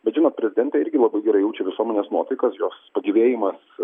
bet žinot prezidentė irgi labai gerai jaučia visuomenės nuotaikas jos pagyvėjimas